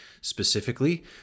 Specifically